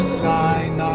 sign